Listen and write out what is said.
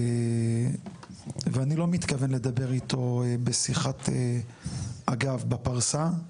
ואני לא מתכוון לדבר איתו בשיחת אגב, בפרסה.